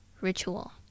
ritual